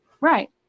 Right